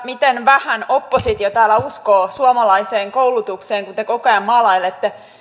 miten vähän oppositio täällä uskoo suomalaiseen koulutukseen kun te koko ajan maalailette